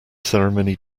ceremony